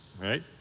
right